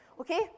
Okay